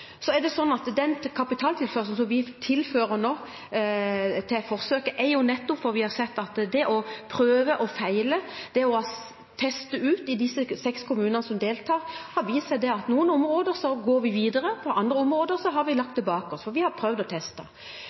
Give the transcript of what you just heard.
Den kapitalen vi nå tilfører forsøket, gis fordi vi har sett at i de seks kommunene som deltar, har man prøvd og feilet og testet ut, og det har vist seg at på noen områder går vi videre, på andre områder har vi lagt det bak oss.